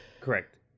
Correct